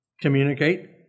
communicate